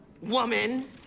woman